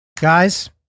Guys